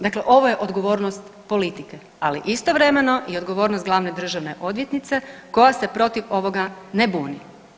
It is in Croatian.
Dakle, ovo je odgovornost politike ali istovremeno i odgovornost glavne državne odvjetnice koja se protiv ovoga ne buni.